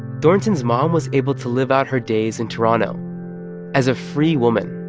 thornton's mom was able to live out her days in toronto as a free woman